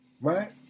Right